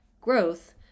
growth